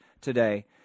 today